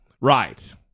Right